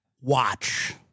Watch